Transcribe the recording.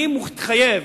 אני מתחייב,